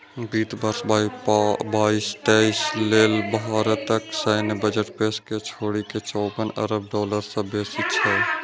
वित्त वर्ष बाईस तेइस लेल भारतक सैन्य बजट पेंशन कें छोड़ि के चौवन अरब डॉलर सं बेसी छै